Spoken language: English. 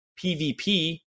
PvP